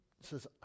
says